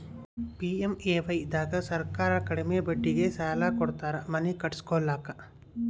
PMAY ದಾಗ ಸರ್ಕಾರ ಕಡಿಮಿ ಬಡ್ಡಿಗೆ ಸಾಲ ಕೊಡ್ತಾರ ಮನಿ ಕಟ್ಸ್ಕೊಲಾಕ